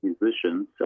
musicians